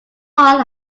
part